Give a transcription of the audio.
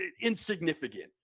insignificant